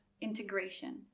integration